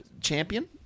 champion